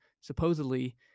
supposedly